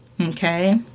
Okay